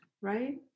right